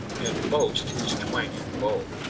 and boast his twanging bow.